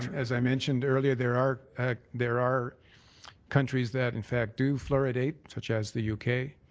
as i mentioned earlier, there are there are countries that, in fact, do fluoridate, such as the u k.